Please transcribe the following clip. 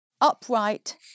upright